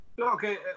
Okay